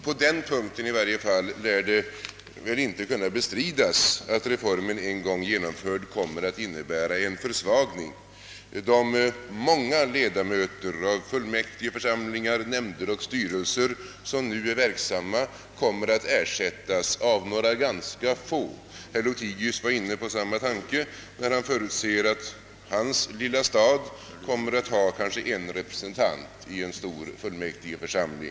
På den punkten i varje fall lär det väl inte kunna bestridas, att reformen, en gång genomförd, kommer att innebära en försvagning av den kommunala självstyrelsen. De många ledamöter i fullmäktigeförsamlingar, nämnder och styrelser som nu är verksamma kommer att ersättas av några få. Herr Lothigius är inne på samma tanke, när han förutser, att hans lilla stad kommer att få kanske en representant i en stor fullmäktigeförsamling.